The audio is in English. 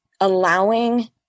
allowing